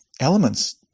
elements